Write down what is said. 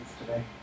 today